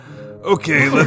Okay